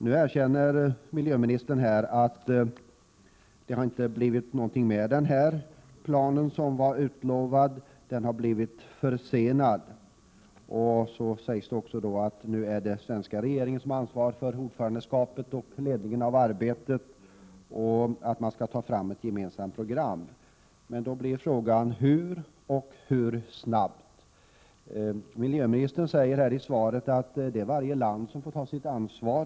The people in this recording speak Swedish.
Nu erkänner miljöministern att det inte har blivit någonting av den plan som var utlovad. Den har blivit försenad. Det sägs också att det nu är den svenska regeringen som innehar ordförandeskapet och är ansvarig för ledningen av arbetet samt att man skall ta fram ett gemensamt program. Då blir frågan: Hur och hur snabbt? Miljöministern säger i svaret att varje land får ta sitt ansvar.